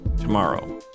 tomorrow